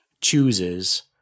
chooses